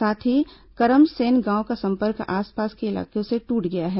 साथ ही करमसेन गांव का संपर्क आसपास के इलाकों से टूट गया है